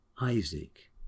Isaac